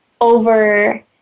over